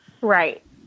Right